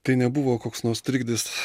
tai nebuvo koks nors trikdis